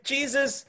Jesus